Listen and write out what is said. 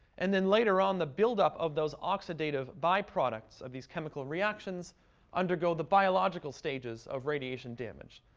and then, later on, the buildup of those oxidative byproducts of these chemical reactions undergo the biological stages of radiation damage.